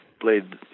played